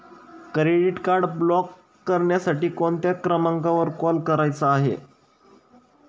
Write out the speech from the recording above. Credit card block करण्यासाठी कोणत्या क्रमांकावर कॉल करायचा आहे?